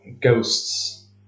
ghosts